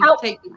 take